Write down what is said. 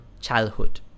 childhood